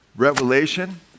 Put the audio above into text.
Revelation